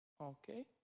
Okay